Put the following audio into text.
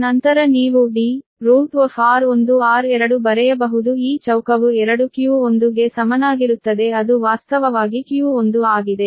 ನಂತರ ನೀವು Dr1r2 ಬರೆಯಬಹುದು ಈ ಚೌಕವು 2 q1 ಗೆ ಸಮನಾಗಿರುತ್ತದೆ ಅದು ವಾಸ್ತವವಾಗಿ q1 ಆಗಿದೆ